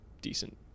decent